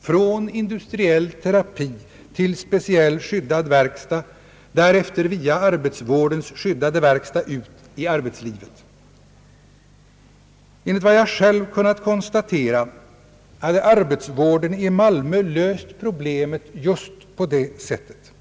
från industriell terapi till speciell skyddad verkstad, därefter via arbetsvårdens skyddade verkstad ut i arbetslivet. Enligt vad jag själv kunnat konstatera hade arbetsvården i Malmö löst problemet just på detta sätt.